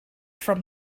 from